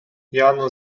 jano